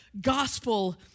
gospel